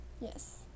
Yes